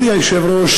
כבוד היושב-ראש,